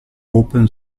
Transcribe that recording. open